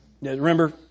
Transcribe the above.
Remember